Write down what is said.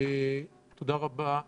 תודה רבה.